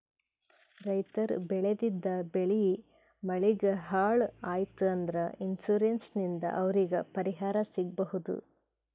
ರೈತರ್ ಬೆಳೆದಿದ್ದ್ ಬೆಳಿ ಮಳಿಗ್ ಹಾಳ್ ಆಯ್ತ್ ಅಂದ್ರ ಇನ್ಶೂರೆನ್ಸ್ ಇಂದ್ ಅವ್ರಿಗ್ ಪರಿಹಾರ್ ಸಿಗ್ಬಹುದ್